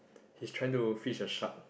he's trying to fish a shark